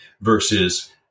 versus